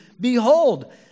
Behold